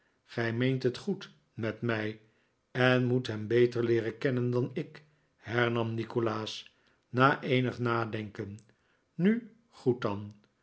gij meent het goed met mij en moet hem beter kennen dan ik hernam nikolaas na eenig nadenken nu goed dan